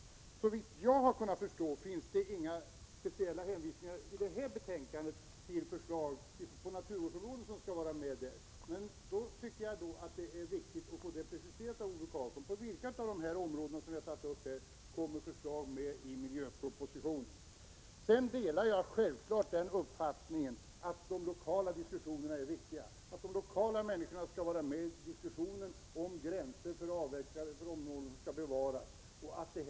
Såvitt jag har kunnat förstå finns det inga speciella hänvisningar i detta betänkande till förslag på naturvårdsområdet som skall vara med där. Därför tycker jag att det är viktigt att få det preciserat av Ove Karlsson. På vilka av de områden som vi har tagit upp här kommer förslag med i miljöpropositionen? Självklart delar jag uppfattningen att de lokala diskussionerna är viktiga, att människor lokalt skall vara med i diskussionen om gränser för vad som skall avverkas och för vilka områden som skall bevaras.